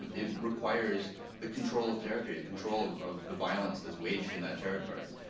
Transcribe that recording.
ah it requires the control of territory, the control of of the violence that's waged in that territory,